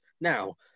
now